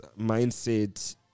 mindset